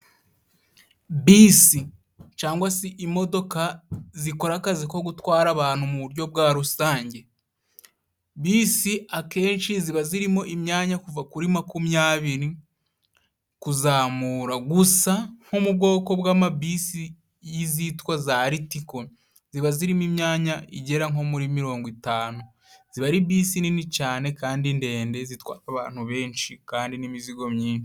Bisi cyangwa se imodoka zikora akazi ko gutwara abantu mu buryo bwa rusange bisi akenshi ziba zirimo imyanya kuva kuri makumyabiri kuzamura gusa nko mu bwoko bw'amabisi y'izitwa za ritiko ziba zirimo imyanya igera nko muri mirongo itanu ziba ari bisi nini cyane kandi ndende zitwara abantu benshi kandi n'imizigo myinshi.